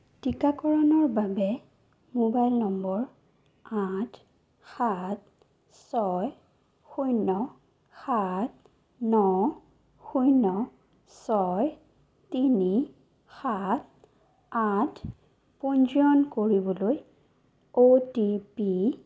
টিকাকৰণৰ বাবে mobile number আঠ সাত ছয় শূন্য সাত ন শূন্য ছয় তিনি সাত আঠ পঞ্জীয়ন কৰিবলৈ অ' টি পি